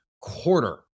quarter